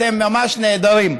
אתם ממש נהדרים,